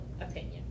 opinion